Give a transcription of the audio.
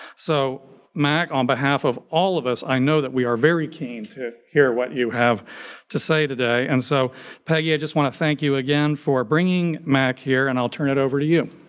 so mac, on behalf of all of us, i know that we are very keen to hear what you have to say today. and so peggy, i just wanna thank you again for bringing mack here and i'll turn it over to you.